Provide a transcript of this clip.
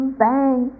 bang